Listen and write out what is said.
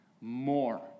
more